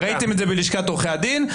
ראיתם את זה בלשכת עורכי הדין,